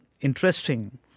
interesting